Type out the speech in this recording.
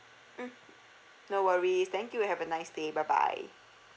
mm no worries thank you and have a nice day bye bye